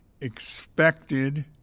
expected